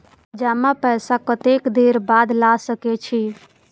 जमा पैसा कतेक देर बाद ला सके छी?